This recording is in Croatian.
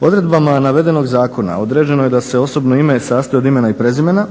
Odredbama navedenog zakona određeno je da se osobno ime sastoji od imena i prezimena,